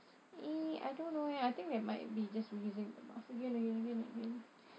eh I don't know eh I think they might be just using the mask again and again and again